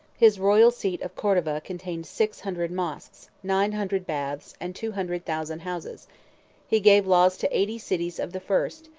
his royal seat of cordova contained six hundred moschs, nine hundred baths, and two hundred thousand houses he gave laws to eighty cities of the first,